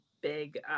big